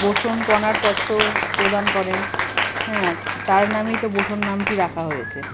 boson কণার তত্ত্বপ্রদান করেন হ্যাঁ তার নামই তো বোসন নামটি রাখা হয়েছে